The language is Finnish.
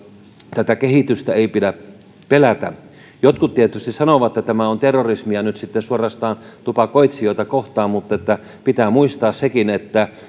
tätä kehitystä ei pidä pelätä jotkut tietysti sanovat että tämä on nyt sitten suorastaan terrorismia tupakoitsijoita kohtaan mutta pitää muistaa sekin että